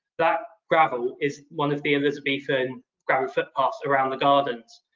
that gravel is one of the elizabethan gravel footpaths around the gardens.